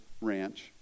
ranch